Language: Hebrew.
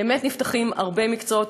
באמת נפתחים הרבה מקצועות,